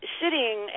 sitting